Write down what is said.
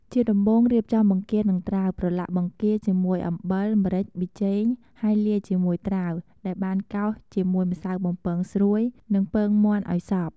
ជាដំបូង រៀបចំបង្គានិងត្រាវ ប្រឡាក់បង្គាជាមួយអំបិល ម្រេច ប៊ីចេង ហើយ លាយជាមួយត្រាវដែលបានកោសជាមួយម្សៅបំពងស្រួយ និងពងមាន់ឱ្យសព្វ។